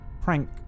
prank